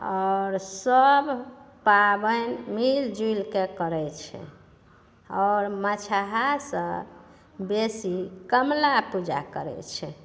आओर सब पाबनि मिलिजुलिके करै छै आओर मछहासभ बेसी कमला पूजा करै छै